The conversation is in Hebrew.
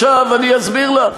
עכשיו, אני אסביר לך.